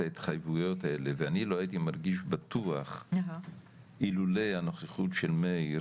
ההתחייבויות האלה ואני לא הייתי מרגיש בטוח אילולא הנוכחות של מאיר